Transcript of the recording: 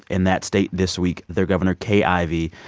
in that state this week, their governor, kay ivey,